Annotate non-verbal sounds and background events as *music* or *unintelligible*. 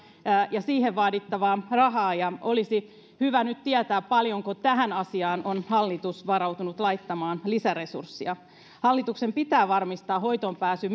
ja siihen vaadittava raha ja olisi hyvä nyt tietää paljonko tähän asiaan on hallitus varautunut laittamaan lisäresurssia hallituksen pitää varmistaa hoitoonpääsy *unintelligible*